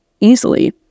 easily